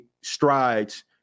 strides